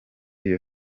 iyo